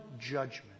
judgment